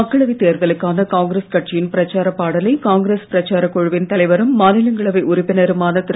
மக்களவைத் தேர்தலுக்கான காங்கிரஸ் கட்சியின் பிரச்சாரப் பாடலை காங்கிரஸ் பிரச்சாரக் குழுவின் தலைவரும் மாநிலங்களவை உறுப்பினருமான திரு